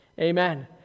amen